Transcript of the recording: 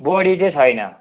बोडी चाहिँ छैन